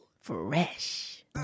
Fresh